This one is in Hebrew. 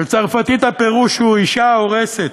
בצרפתית הפירוש הוא אישה הורסת,